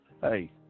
hey